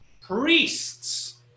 priests